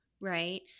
right